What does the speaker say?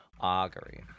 Augury